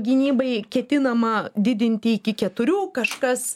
gynybai ketinama didinti iki keturių kažkas